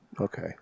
Okay